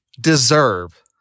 deserve